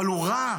אבל הוא רע.